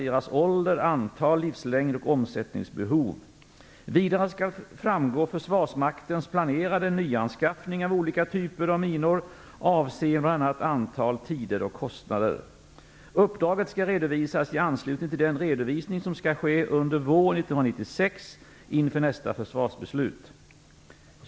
Vidare skall framgå Försvarsmaktens planerade nyanskaffning av olika typer av minor avseende bl.a. antal, tider och kostnader. Uppdraget skall redovisas i anslutning till den redovisning som skall ske under våren 1996 inför nästa försvarsbeslut.